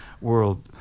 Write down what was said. world